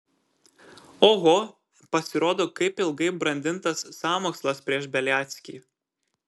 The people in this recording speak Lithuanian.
oho pasirodo kaip ilgai brandintas sąmokslas prieš beliackį